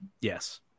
Yes